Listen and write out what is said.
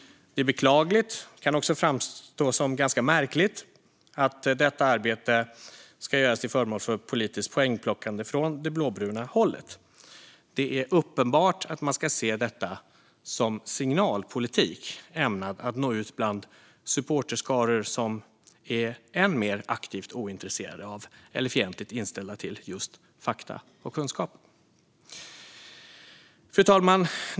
Det är beklagligt och kan även framstå som ganska märkligt att detta arbete ska göras till föremål för politiskt poängplockande från det blåbruna hållet. Det är uppenbart att man ska se detta som signalpolitik ämnad att nå ut bland supporterskaror som är än mer aktivt ointresserade av eller fientligt inställda till just fakta och kunskap. Fru talman!